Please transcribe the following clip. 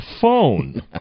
phone